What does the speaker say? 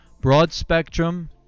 broad-spectrum